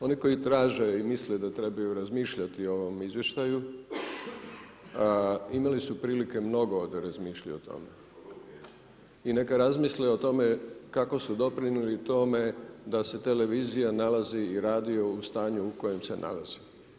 Oni koji traže i misle da trebaju razmišljati o ovom izvještaju, imali su prilike mnogo da razmišljaju o tome i neka razmisle o tome kako su doprinjeli tome da se televizija nalazi i radio u stanju u kojem se nalazi.